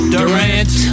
Durant